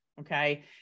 Okay